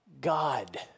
God